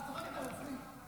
אני צוחקת על עצמי.